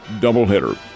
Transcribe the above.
doubleheader